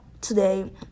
today